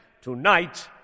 Tonight